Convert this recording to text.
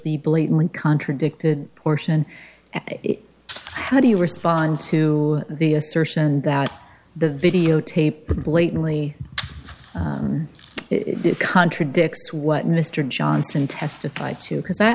the blatant contradicted portion how do you respond to the assertion that the videotape blatantly contradicts what mr johnson testified to because i